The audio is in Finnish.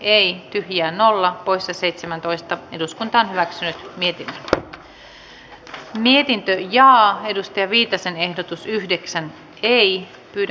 tehtiin seuraavat pääluokkaa koskevat hyväksytyn menettelytavan mukaisesti keskuskansliaan kirjallisina jätetyt edustajille monistettuina ja numeroituina jaetut ehdotukset